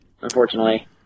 unfortunately